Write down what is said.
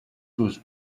was